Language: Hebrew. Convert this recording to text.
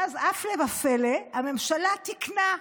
ואז, הפלא ופלא, הממשלה תיקנה.